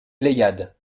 pléiades